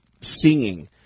singing